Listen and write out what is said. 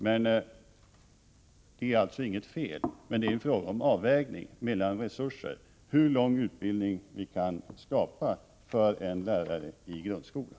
Men det är alltså inget fel, utan det är fråga om att avväga resurserna för hur lång utbildning vi kan skapa för en lärare i grundskolan.